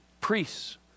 priests